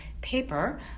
paper